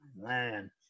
man